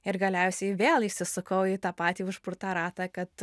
ir galiausiai vėl įsisukau į tą patį užburtą ratą kad